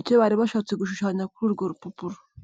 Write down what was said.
icyo bari bashatse gushushanya kuri urwo rupapuro.